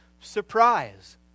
surprise